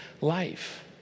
life